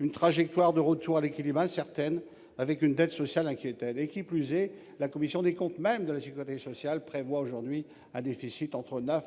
une trajectoire de retour à l'équilibre incertaine, avec une dette sociale inquiétante. Qui plus est, même la Commission des comptes de la sécurité sociale prévoit un déficit situé entre 9,1